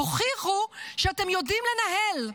הוכיחו שאתם יודעים לנהל.